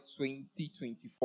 2024